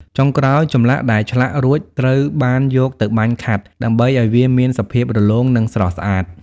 ចុងក្រោយ ចម្លាក់ដែលឆ្លាក់រួចត្រូវបានយកទៅបាញ់ខាត់ ដើម្បីឱ្យវាមានសភាពរលោង និងស្រស់ស្អាត។